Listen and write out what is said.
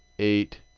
eight,